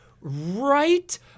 right